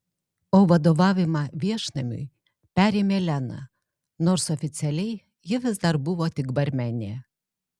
o vadovavimą viešnamiui perėmė lena nors oficialiai ji vis dar buvo tik barmenė